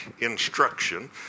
instruction